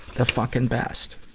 the fucking best.